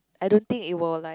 I don't think it will like